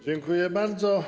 Dziękuję bardzo.